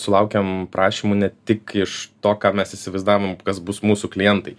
sulaukiam prašymų ne tik iš to ką mes įsivaizdavom kas bus mūsų klientai